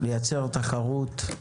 לייצר תחרות,